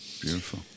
Beautiful